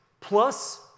plus